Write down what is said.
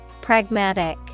Pragmatic